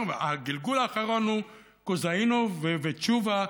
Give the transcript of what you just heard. הגלגול האחרון הוא כוזהינוף ותשובה,